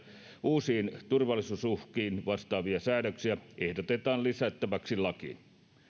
uusiin turvallisuusuhkiin vastaaavia säädöksiä ehdotetaan lisättäväksi lakiin